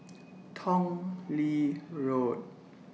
Tong Lee Road